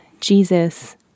Jesus